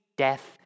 Death